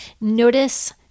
Notice